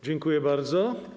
Dziękuję bardzo.